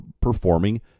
performing